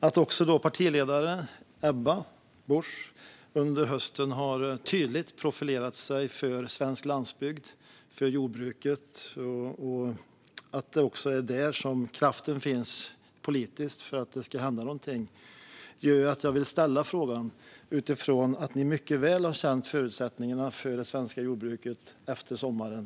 Kristdemokraternas partiledare Ebba Busch har under hösten tydligt profilerat sig för svensk landsbygd och jordbruket och för att det är där kraften finns politiskt för att det ska hända någonting. Ni har mycket väl känt till förutsättningarna för det svenska jordbruket efter sommaren.